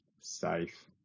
safe